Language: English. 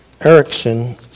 Erickson